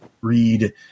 read